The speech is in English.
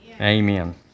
Amen